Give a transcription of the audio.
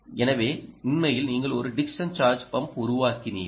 எனவே உண்மையில் நீங்கள் ஒரு டிக்சன் சார்ஜ் பம்ப் உருவாக்கினீர்கள்